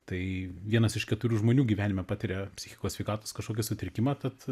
tai vienas iš keturių žmonių gyvenime patiria psichikos sveikatos kažkokį sutrikimą tad